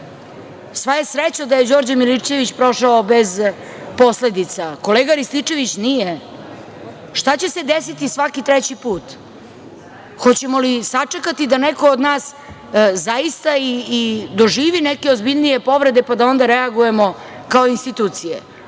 sva je sreća da je Đorđe Milićević prošao bez posledica, kolega Rističević nije, šta će se desiti svaki treći put? Hoćemo li sačekati da neko od nas zaista i doživi neke ozbiljnije povrede pa da onda reagujemo kao institucije? Ovo